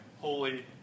holy